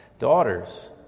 daughters